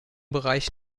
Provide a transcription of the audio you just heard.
bereich